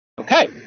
Okay